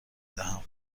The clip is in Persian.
دهم